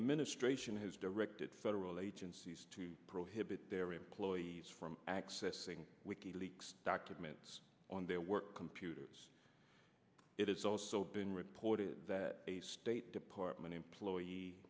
a ministration has directed federal agencies to prohibit their employees from accessing wiki leaks documents on their work computers it is also been reported that state department employee